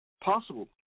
possible